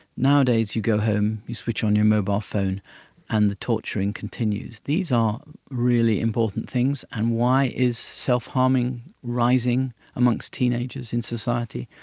nowadays you go home, you switch on your mobile phone and the torturing continues. these are um really important things. and why is self-harming rising amongst teenagers in society?